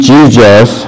Jesus